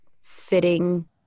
fitting